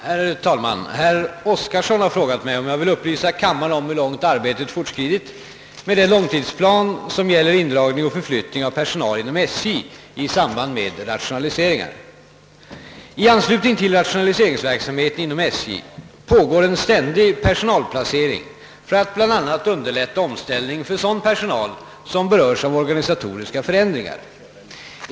Herr talman! Herr Oskarson har frågat mig, om jag vill upplysa kammaren om hur långt arbetet fortskridit med den långtidsplan som gäller indragning och förflyttning av personal inom SJ i samband med rationaliseringar. I anslutning till rationaliseringsverksamheten inom SJ pågår en ständig personalplanering för att bl.a. underlätta omställningen för sådan personal som berörs av organisatoriska förändringar.